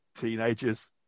teenagers